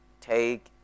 take